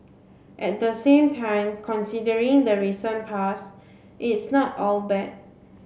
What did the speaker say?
at the same time considering the recent pass it's not all bad